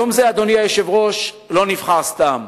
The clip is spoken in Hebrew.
יום זה, אדוני היושב-ראש, לא נבחר סתם.